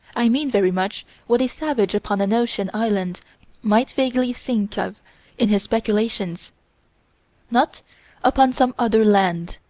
i mean very much what a savage upon an ocean island might vaguely think of in his speculations not upon some other land,